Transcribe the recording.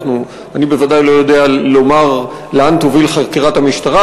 אני בוודאי לא יודע לומר לאן תוביל חקירת המשטרה,